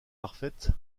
parfaite